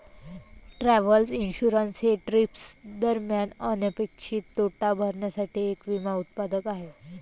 travel insurance हे trip दरम्यान अनपेक्षित तोटा भरण्यासाठी एक विमा उत्पादन आहे